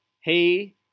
hey